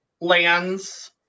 lands